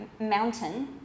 mountain